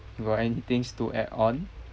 you got any things to add on